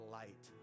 light